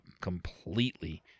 completely